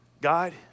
God